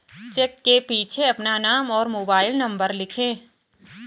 check के पीछे अपना नाम और मोबाइल नंबर लिखें